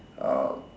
um